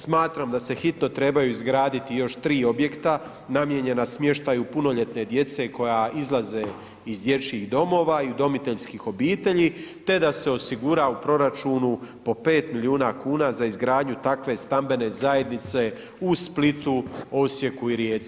Smatram da se hitno trebaju izgraditi još 3 objekta namijenjena smještaju punoljetne djece koja izlaze iz dječjih domova i udomiteljskih obitelji te da se osigura u proračunu po 5 milijuna kuna za izgradnju takve stambene zajednice u Splitu, Osijeku i Rijeci.